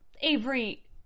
Avery